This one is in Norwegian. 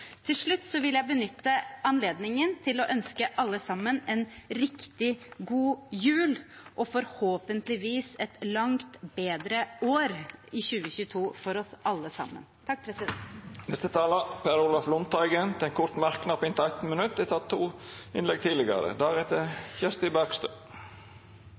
til slutt vil jeg benytte anledningen til å ønske alle sammen en riktig god jul – og forhåpentligvis et langt bedre år i 2022, for oss alle sammen. Representanten Per Olaf Lundteigen har hatt ordet to gonger tidlegare og får ordet til ein kort merknad, avgrensa til 1 minutt.